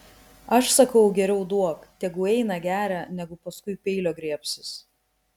aš sakau geriau duok tegu eina geria negu paskui peilio griebsis